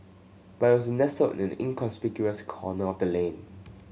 but it was nestled in an inconspicuous corner of the lane